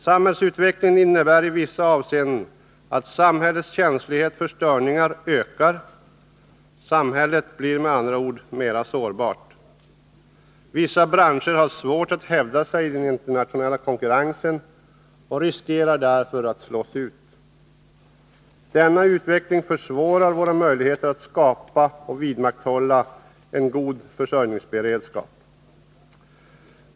Samhällsutvecklingen innebär i vissa avseenden att samhällets känslighet för störningar ökar — samhället blir med andra ord mera sårbart. Vissa branscher har svårt att hävda sig i den internationella konkurrensen och riskerar därför att slås ut. Denna utveckling minskar våra möjligheter att skapa och vidmakthålla en god försörjningsberedskap.